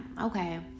okay